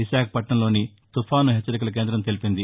విశాఖపట్లణంలోని తుఫాను హెచ్చరికల కేంద్రం తెలిపింది